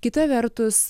kita vertus